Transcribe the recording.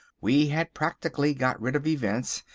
we had practically got rid of events,